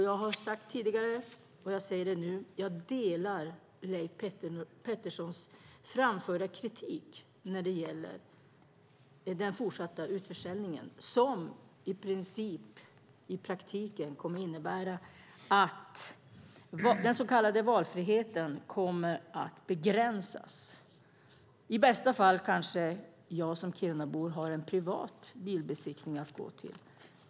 Jag har sagt det tidigare och jag säger det nu: Jag delar Leif Petterssons framförda kritik när det gäller den fortsatta utförsäljningen, som i praktiken kommer att innebära att den så kallade valfriheten kommer att begränsas. I bästa fall kanske jag som Kirunabo har en privat bilbesiktning att gå till.